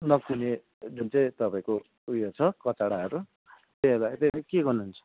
नकुहुने जुन चाहिँ तपाईँको उयो छ कचडाहरू त्योहरूलाई चाहिँ के गर्नुहुन्छ